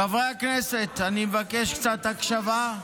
חברי הכנסת, אני מבקש קצת הקשבה.